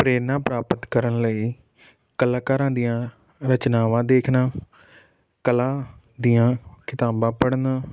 ਪ੍ਰੇਰਨਾ ਪ੍ਰਾਪਤ ਕਰਨ ਲਈ ਕਲਾਕਾਰਾਂ ਦੀਆਂ ਰਚਨਾਵਾਂ ਦੇਖਣਾ ਕਲਾ ਦੀਆਂ ਕਿਤਾਬਾਂ ਪੜ੍ਹਨਾ